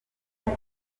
aho